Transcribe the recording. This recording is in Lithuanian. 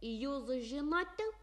jūs žinote